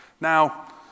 Now